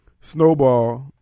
Snowball